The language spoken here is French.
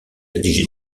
rédigé